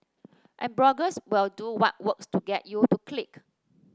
and bloggers will do what works to get you to click